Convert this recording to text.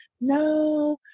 No